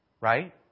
Right